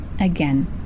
again